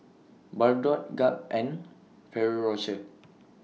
Bardot Gap and Ferrero Rocher